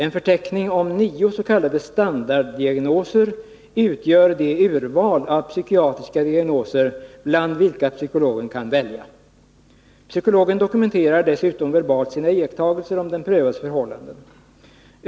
En förteckning över nio s.k. standarddiagnoser utgör det urval av psykiatriska diagnoser bland vilka psykologen kan välja. Psykologen dokumenterar dessutom verbalt sina iakttagelser om den prövades förhållanden.